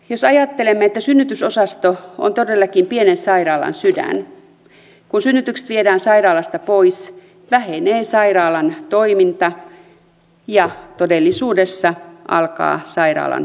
jos ajattelemme että synnytysosasto on todellakin pienen sairaalan sydän kun synnytykset viedään sairaalasta pois vähenee sairaalan toiminta ja todellisuudessa alkaa sairaalan alasajo